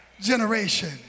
generation